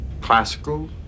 Classical